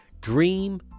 Dream